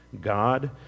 God